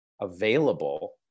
available